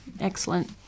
excellent